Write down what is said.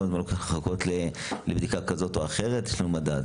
כמה זמן לוקח לחכות לבדיקה כזאת או אחרת יש לנו מדד.